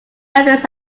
methods